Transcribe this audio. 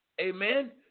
amen